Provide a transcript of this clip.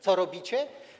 Co robicie?